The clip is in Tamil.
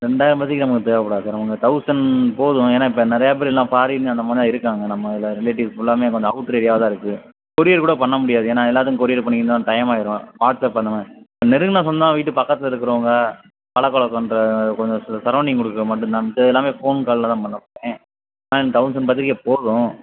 ரெண்டாயிரம் பத்திரிக்கை நம்மளுக்கு தேவைப்படாது சார் நமக்கு தௌசண்ட் போதும் ஏன்னால் இப்போ நிறையா பேர் எல்லாம் ஃபாரின் அந்தமாதிரி தான் இருக்காங்க நம்மதில் ரிலேடிவ் ஃபுல்லாவே கொஞ்சம் அவுட்டர் ஏரியாவில் இருக்குது கொரியர் கூட பண்ண முடியாது ஏன்னால் எல்லாத்துக்கும் கொரியர் பண்ணிகிட்டு இருந்தால் டயமாகிடும் வாட்ஸ்அப் பண்ணணும் நெருங்கின சொந்தம் வீட்டுப் பக்கத்தில் இருக்கிறவங்க பழக்க வழக்கம் இந்த கொஞ்சம் ச சரௌண்டிங் கொடுக்க மட்டும் தான் மிச்சம் எல்லாம் ஃபோன் காலில் தான் பண்ணி வைப்பேன் அதுதான் தௌசண்ட் பத்திரிக்கை போதும்